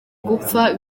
gupfa